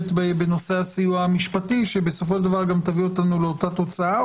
בנושא הסיוע המשפטי שתביא אותנו לאותה תוצאה?